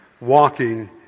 walking